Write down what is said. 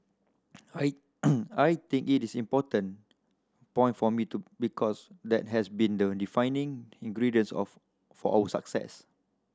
I I think it is important point for me to because that has been the defining ingredient of for our success